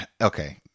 okay